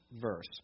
verse